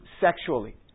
sexually